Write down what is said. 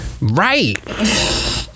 Right